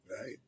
Right